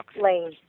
Lane